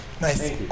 Nice